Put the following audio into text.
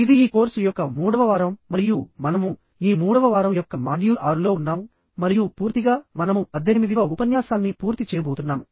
ఇది ఈ కోర్సు యొక్క మూడవ వారం మరియు మనము ఈ మూడవ వారం యొక్క మాడ్యూల్ 6 లో ఉన్నాము మరియు పూర్తిగా మనము 18 వ ఉపన్యాసాన్ని పూర్తి చేయబోతున్నాము